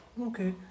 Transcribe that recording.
Okay